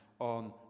On